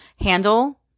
handle